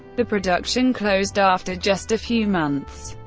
the production closed after just a few months.